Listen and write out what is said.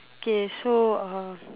okay so uh